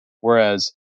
Whereas